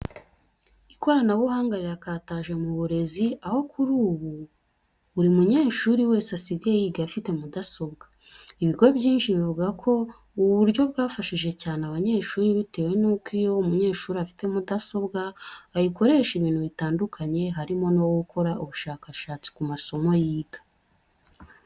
Ikoranabuhanga rirakataje mu burezi, aho kuri ubu buri munyeshuri wese asigaye yiga afite mudasobwa. Ibigo byinshi bivuga ko ubu buryo bwafashije cyane abanyeshuri bitewe nuko iyo umunyeshuri afite mudasobwa ayikoresha ibintu bitandukanye harimo no gukora ubushakashatsi ku masomo yiga.